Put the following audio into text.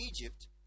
Egypt